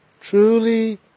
truly